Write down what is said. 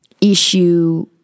issue